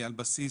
על בסיס,